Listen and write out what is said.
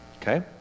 Okay